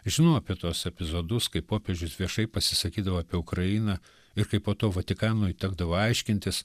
žinau apie tuos epizodus kai popiežius viešai pasisakydavo apie ukrainą ir kaip po to vatikanui tekdavo aiškintis